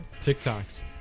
TikToks